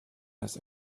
has